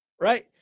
right